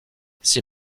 ses